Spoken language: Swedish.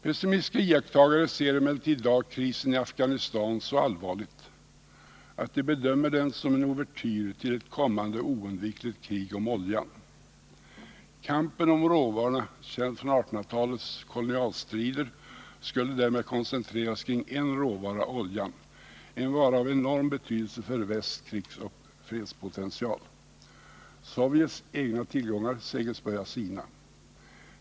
Pessimistiska iakttagare ser emellertid i dag krisen i Afghanistan så allvarligt att de bedömer den som en ouvertyr till ett kommande oundvikligt krig om oljan. Kampen om råvarorna, känd från 1800-talets kolonialstrider, skulle därmed koncentreras kring en råvara: oljan, en vara av enorm betydelse för västs krigsoch fredspotential. Sovjets egna tillgångar sägs börja sina.